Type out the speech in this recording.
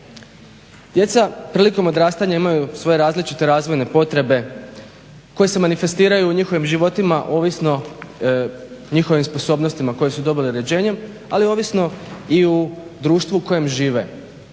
Djeca prilikom odrastanja imaju svoje različite razvojne potrebe koje se manifestiraju u njihovim životima ovisno o njihovim sposobnostima koje su dobile rođenjem, ali ovisno i o društvu u kojem žive.